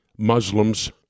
Muslims